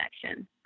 connection